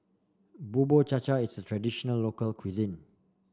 Bubur Cha Cha is traditional local cuisine